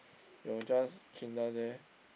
you are just there